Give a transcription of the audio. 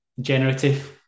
generative